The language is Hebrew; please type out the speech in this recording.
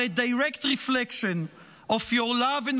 are a direct reflection of your love and